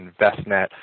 InvestNet